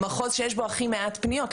במחוז שיש בו הכי מעט פניות,